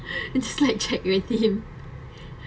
and slack chat with him